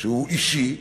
שהוא אישי.